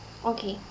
okay